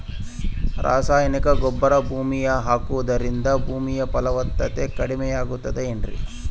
ರಾಸಾಯನಿಕ ಗೊಬ್ಬರ ಭೂಮಿಗೆ ಹಾಕುವುದರಿಂದ ಭೂಮಿಯ ಫಲವತ್ತತೆ ಕಡಿಮೆಯಾಗುತ್ತದೆ ಏನ್ರಿ?